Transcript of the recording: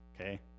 Okay